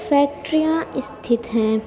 فیکٹریاں استھت ہیں